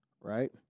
right